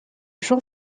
jean